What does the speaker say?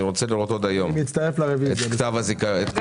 אני רוצה לראות עוד היום את כתב הזיכיון.